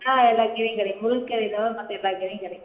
ஆ எல்லா கீரையும் கிடைக்கும் முருங்ககீரைய தவிர மற்ற எல்லா கீரையும் கிடைக்கும்